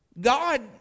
God